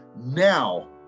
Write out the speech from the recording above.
Now